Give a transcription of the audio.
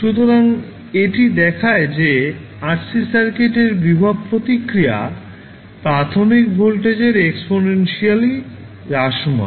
সুতরাং এটি দেখায় যে RC সার্কিটের ভোল্টেজ প্রতিক্রিয়া প্রাথমিক ভোল্টেজের এক্সপনেন্সিয়াল হ্রাসমান